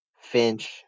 Finch